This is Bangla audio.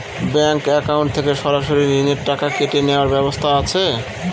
ব্যাংক অ্যাকাউন্ট থেকে সরাসরি ঋণের টাকা কেটে নেওয়ার ব্যবস্থা আছে?